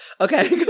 Okay